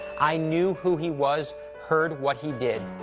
i knew who he was, heard what he did.